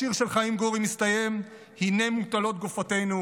השיר של חיים גורי מסתיים: "הינה מוטלות גופותינו,